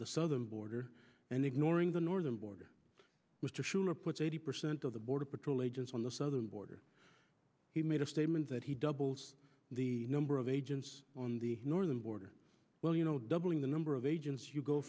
the southern border and ignoring the northern border which are sure put eighty percent of the border patrol agents on the southern border he made a statement that he doubled the number of agents on the northern border well you know doubling the number of agents you go